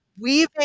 weaving